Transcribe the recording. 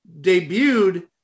debuted